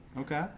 Okay